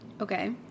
Okay